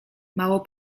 mało